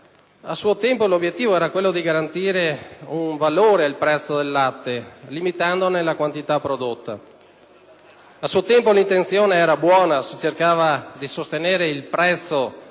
A suo tempo l'obiettivo era quello di garantire un valore al prezzo del latte, limitandone la quantità prodotta. L'intenzione, quindi, era buona: si cercava di sostenere il prezzo sui